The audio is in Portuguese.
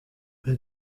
para